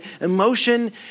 emotion